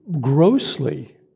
grossly